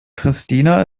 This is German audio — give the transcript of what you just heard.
pristina